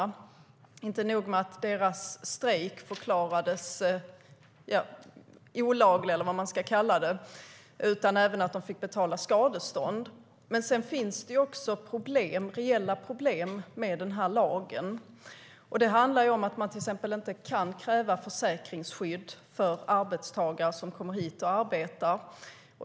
Det var inte nog med att deras strejk förklarades olaglig, eller vad man ska kalla det, utan de fick även betala skadestånd. Sedan finns det också reella problem med den här lagen. Det handlar om att man till exempel inte kan kräva försäkringsskydd för arbetstagare som kommer hit och arbetar.